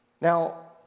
Now